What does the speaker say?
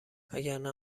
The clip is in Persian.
وگرنه